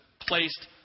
placed